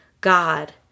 God